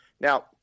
Now